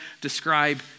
describe